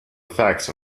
effects